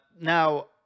Now